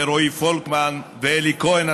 רועי פולקמן ואלי כהן,